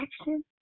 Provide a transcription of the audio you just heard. action